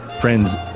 friends